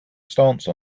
stance